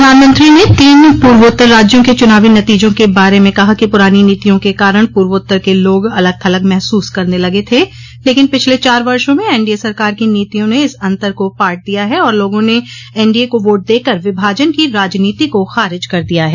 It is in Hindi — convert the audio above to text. प्रधानमंत्री ने तीन पूर्वोत्तर राज्यों के चुनावी नतीजों के बारे में कहा कि पुरानी नीतियों के कारण पूर्वोत्तर के लोग अलग थलग महसूस करने लगे थे लेकिन पिछले चार वर्षों में एनडीए सरकार की नीतियों ने इस अंतर को पाट दिया है और लोगों ने एनडीए को वोट देकर विभाजन की राजनीति को खारिज कर दिया है